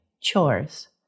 chores